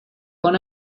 con